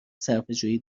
صرفهجویی